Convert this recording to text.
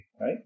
right